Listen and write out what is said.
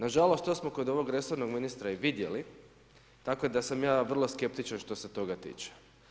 Na žalost to smo kod ovog resornog ministra i vidjeli, tako da sam ja vrlo skeptičan što se toga tiče.